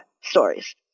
stories